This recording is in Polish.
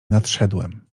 nadszedłem